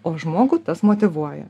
o žmogų tas motyvuoja